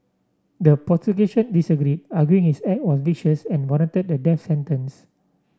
the prosecution disagree arguing his act was vicious and warranted the death sentence